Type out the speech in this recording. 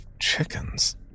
chickens